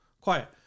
Quiet